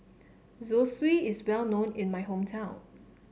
Zosui is well known in my hometown